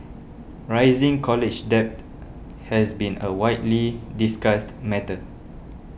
rising college debt has been a widely discussed matter